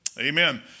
Amen